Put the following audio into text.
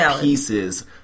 pieces